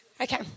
Okay